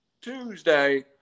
Tuesday